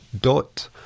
Dot